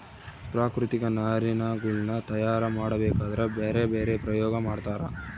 ಪ್ರಾಕೃತಿಕ ನಾರಿನಗುಳ್ನ ತಯಾರ ಮಾಡಬೇಕದ್ರಾ ಬ್ಯರೆ ಬ್ಯರೆ ಪ್ರಯೋಗ ಮಾಡ್ತರ